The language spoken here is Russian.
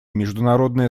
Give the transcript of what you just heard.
международное